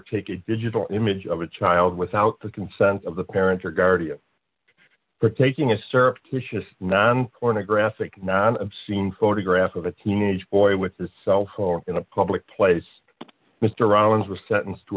take a digital image of a child without the consent of the parents or guardian for taking a surreptitious non pornographic not an obscene photograph of a teenage boy with a cellphone in a public place mr owens was sentenced to